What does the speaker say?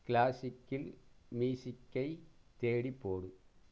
கிளாசிக்கில் மியூசிக்கை தேடிப் போடு